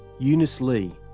eunice lee,